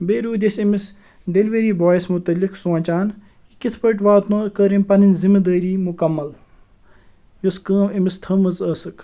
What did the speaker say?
بیٚیہِ روٗدۍ أسۍ أمِس ڈیٚلؤری بوایَس مُتعلِق سونٛچان کہِ کِتھ پٲٹھۍ واتنٲو کٔر أمۍ پَنٕنۍ ذِمہٕ دٲری مُکمل یۄس کٲم أمِس تھٲومٕژ ٲسٕکھ